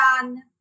done